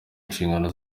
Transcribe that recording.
inshingano